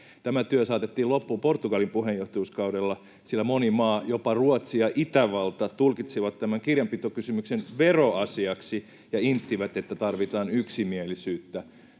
Tämä työ saatettiin loppuun Portugalin puheenjohtajuuskaudella. Moni maa, jopa Ruotsi ja Itävalta, tulkitsi tämän kirjanpitokysymyksen veroasiaksi ja intti, että tarvitaan yksimielisyyttä.